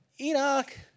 Enoch